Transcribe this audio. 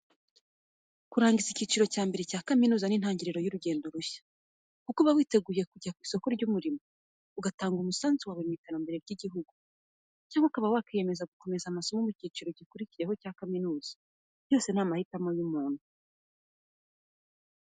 Kurangiza icyiciro cya mbere cya kaminuza ni intangiriro y'urugendo rushya, kuko uba witeguye kujya ku isoko ry'umurimo, ugatanga umusanzu wawe mu iterambere ry'igihugu cyangwa ukaba wakiyemeza gukomeza amasomo mu cyiciro gikurikiyeho cya kaminuza, byose ni amahitamo y'umuntu.